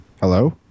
hello